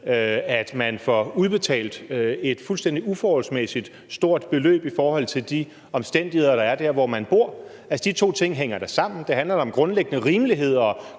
at man får udbetalt et fuldstændig uforholdsmæssig stort beløb i forhold til de omstændigheder, der er dér, hvor man bor? Altså, de to ting hænger da sammen. Det handler om grundlæggende rimelighed og